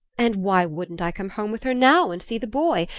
and why wouldn't i come home with her now, and see the boy,